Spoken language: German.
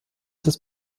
des